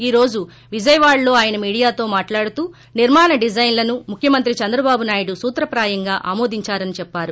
ఈ రోజు విజయవాడలో ఆయన మీడియాతో మాట్లాడుతూ నిర్మాణ డిజైన్లను ముఖ్యమంత్రి చంద్రబాబు నాయుడు సూత్రప్రాయంగా ఆమోదించారని చెప్పారు